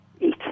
eat